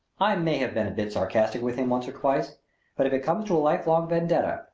i may have been a bit sarcastic with him once or twice but if it comes to a lifelong vendetta,